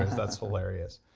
that's hilarious.